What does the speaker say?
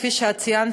כפי שאת ציינת,